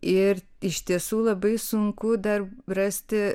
ir iš tiesų labai sunku dar rasti